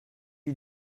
you